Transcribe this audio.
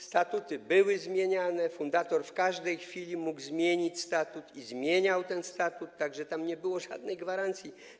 Statuty były zmieniane, fundator w każdej chwili mógł zmienić i zmieniał statut, tak że tam nie było żadnej gwarancji.